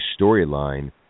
storyline